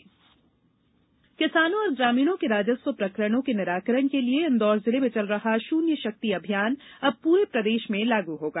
राजस्व अभियान किसानों और ग्रामीणों के राजस्व प्रकरणों के निराकरण के लिए इंदौर जिले में चल रहा ष्रन्य षक्ति अभियान अब पूरे प्रदेष में लागू होगा